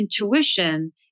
intuition